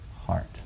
heart